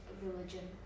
Religion